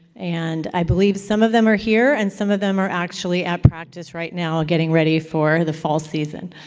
and i believe some of them are here, and some of them are actually at practice right now, getting ready for the fall season.